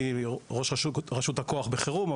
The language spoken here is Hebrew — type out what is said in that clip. אני ראש רשות הכוח בחירום,